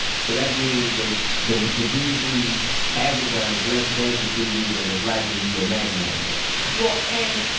so that means that the the dude who has a gun is less dangerous to you than the black dude who you imagine had one well, and